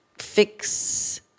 fix